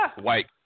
white